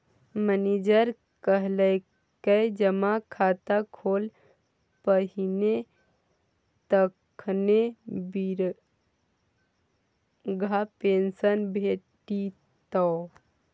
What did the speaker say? manager कहलकै जमा खाता खोल पहिने तखने बिरधा पेंशन भेटितौ